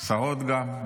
השרות גם,